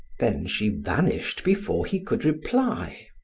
then she vanished before he could reply.